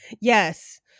Yes